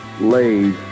laid